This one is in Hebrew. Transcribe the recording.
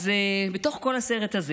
בתוך כל הסרט הזה